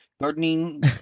gardening